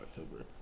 October